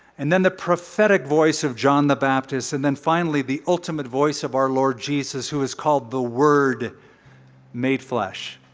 and then the prophetic voice of john the baptist, and then finally, the ultimate voice of our lord jesus who is called the word made flesh,